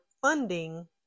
funding